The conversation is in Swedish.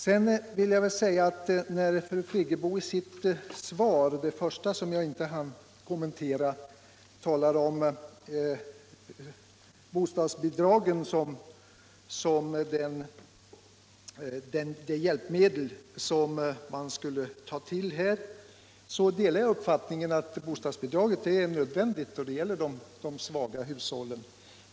Fru Friggebo talade i sitt första svar, som jag inte helt hann kommentera, om att bostadsbidraget skulle utnyttjas som hjälpmedel i detta sammanhang. Jag delar uppfattningen att bostadsbidraget är nödvändigt för de svaga hushållen.